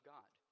God